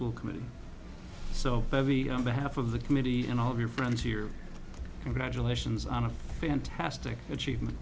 school committee so heavy on behalf of the committee and all of your friends here congratulations on a fantastic achievement